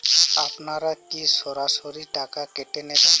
আপনারা কি সরাসরি টাকা কেটে নেবেন?